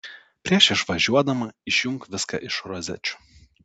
prieš išvažiuodama išjunk viską iš rozečių